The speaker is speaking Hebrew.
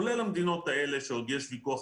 כולל המדינות שעוד יש ויכוח,